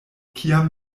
kiam